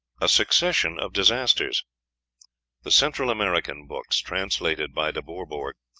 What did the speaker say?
a succession of disasters the central american books, translated by de bourbourg,